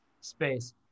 space